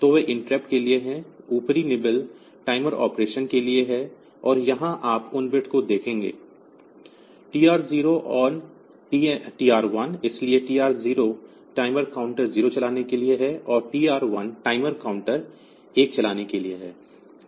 तो वे इंटरप्ट के लिए हैं ऊपरी निबल टाइमर ऑपरेशन के लिए है और यहां आप उन बिट्स को देखते हैं TR0 ad TR1 इसलिए TR 0 टाइमर काउंटर 0 चलाने के लिए है और TR1 टाइमर काउंटर 1 चलाने के लिए है